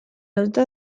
lotuta